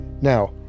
Now